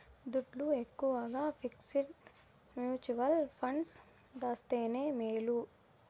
దుడ్డు ఎక్కవగా fixed mutual funds దాస్తేనే మేలు